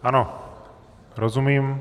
Ano, rozumím.